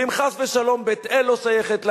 ואם חס ושלום בית-אל לא שייכת לנו,